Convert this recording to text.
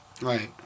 Right